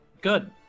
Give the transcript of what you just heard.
good